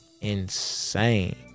insane